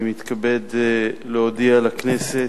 אני מתכבד להודיע לכנסת,